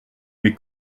mais